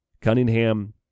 Cunningham